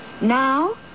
Now